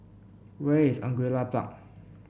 where is Angullia Park